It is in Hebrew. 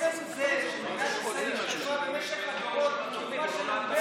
עצם זה שמדינת ישראל שמרה במשך הדורות על קהילה של לומדי התורה,